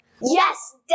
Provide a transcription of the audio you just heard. Yes